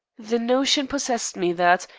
the notion possessed me that,